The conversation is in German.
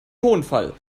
tonfall